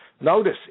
Notice